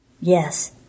Yes